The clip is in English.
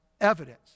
evidence